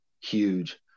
huge